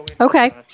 Okay